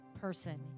person